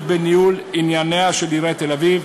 בניהול ענייניה של עיריית תל-אביב,